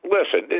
Listen